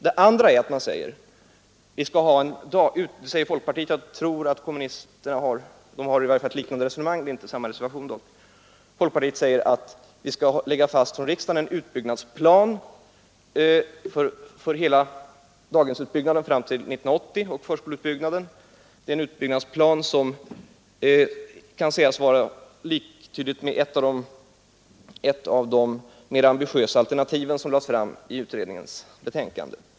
Dessutom säger folkpartiet — kommunisterna har ett liknande resonemang, dock inte i samma reservation — att riksdagen för daghem och förskolor skall fastställa en utbyggnadsplan fram till 1980, som kan sägas vara liktydig med ett av de mera ambitiösa alternativ som lades fram i utredningens betänkande.